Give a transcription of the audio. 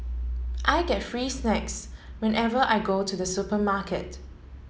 I get free snacks whenever I go to the supermarket